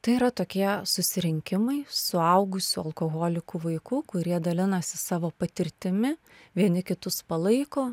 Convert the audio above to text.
tai yra tokie susirinkimai suaugusių alkoholikų vaikų kurie dalinasi savo patirtimi vieni kitus palaiko